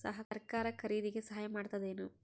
ಸರಕಾರ ಖರೀದಿಗೆ ಸಹಾಯ ಮಾಡ್ತದೇನು?